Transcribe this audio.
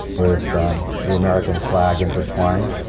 with the american flag intertwined.